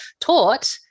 taught